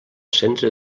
centre